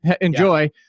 Enjoy